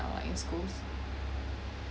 now in schools